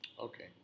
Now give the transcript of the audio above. Okay